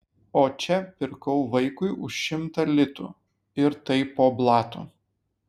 o čia pirkau vaikui už šimtą litų ir tai po blatu